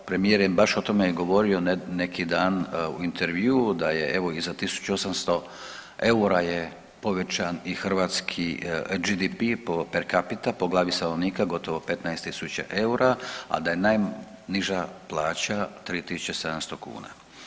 Premijer je baš o tome govorio neki dan u intervjuu da je evo i za 1.800 EUR-a je povećan i hrvatski GDP po per capita, po glavi stanovnika gotovo 15.000 EUR-a, a da je najniža plaća 3.700 kuna.